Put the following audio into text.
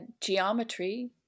geometry